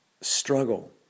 struggle